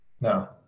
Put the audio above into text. No